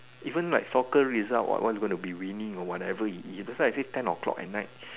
even if like soccer result what's going to be winning and all that's why I say ten O-clock at night